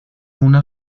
una